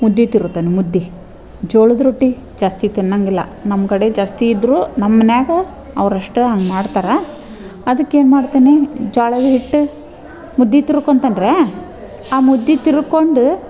ಮುದ್ದೆ ತಿರುವ್ತೇನೆ ಮುದ್ದೆ ಜೋಳದ ರೊಟ್ಟಿ ಜಾಸ್ತಿ ತಿನ್ನೋಂಗಿಲ್ಲ ನಮ್ಮ ಕಡೆ ಜಾಸ್ತಿ ಇದ್ದರೂ ನಮ್ಮ ಮನ್ಯಾಗೆ ಅವ್ರಷ್ಟೇ ಹಂಗೆ ಮಾಡ್ತಾರೆ ಅದಕ್ಕೇನು ಮಾಡ್ತೀನಿ ಜೋಳದ ಹಿಟ್ಟು ಮುದ್ದೆ ತಿರುವ್ಕೊಂತಂದ್ರೆ ಆ ಮುದ್ದೆ ತಿರುವ್ಕೊಂಡು